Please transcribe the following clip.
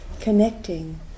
connecting